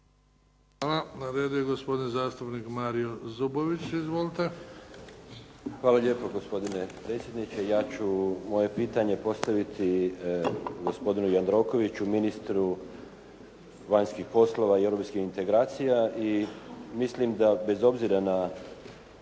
Hvala. Na redu je gospodin zastupnik Mario Zubović. Izvolite. **Zubović, Mario (HDZ)** Hvala lijepo gospodine predsjedniče. Ja ću moje pitanje postaviti gospodinu Jandrokoviću, ministru vanjskih poslova i europskih integracija i mislim da bez obzira na